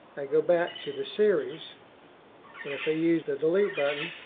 i go back to the series. and if i use the delete button,